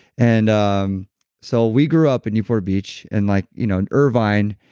and um so, we grew up in newport beach and like you know in irvine,